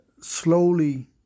slowly